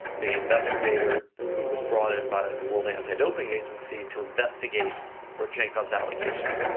the investigator who was brought in by the world anti-doping agency to investigate rodchenkov's allegations,